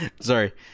sorry